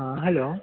आ hello